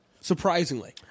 Surprisingly